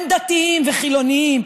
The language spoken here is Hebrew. הם דתיים וחילונים,